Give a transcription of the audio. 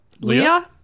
leah